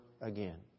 again